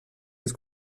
dels